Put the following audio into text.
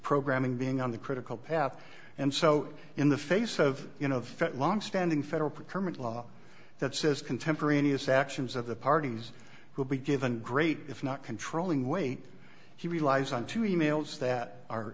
programming being the critical path and so in the face of you know of longstanding federal procurement law that says contemporaneous actions of the parties will be given great if not controlling weight he relies on to e mails that are